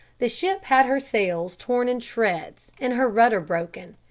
the ship had her sails torn in shreds and her rudder broken.